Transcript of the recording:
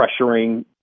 pressuring